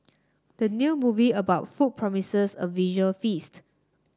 the new movie about food promises a visual feast